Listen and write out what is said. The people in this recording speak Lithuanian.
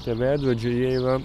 tie veidrodžiai jie yra